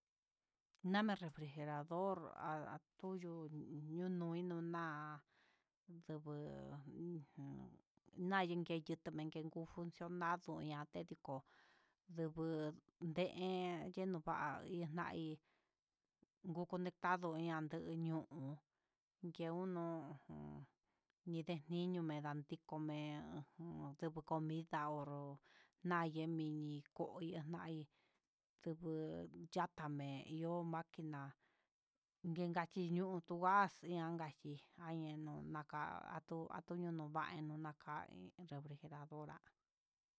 Nami refrijerador atuyuu nunai nuna yungu unju funcionado nayuu tendii jo'ó ndeen yenova ndonai ndado intu ño'o ndu ndon jo niño ninan ndiko'o come jun ndiko comida ndoro nayee mini, koyo inai ndugu chamen ihó ho maquina inka xhi nió nuu tu axkanxhi ayanu naka nakayunu va'a naka iin refrijerador há.